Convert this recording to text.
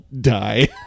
die